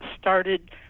started